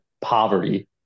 poverty